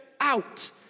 out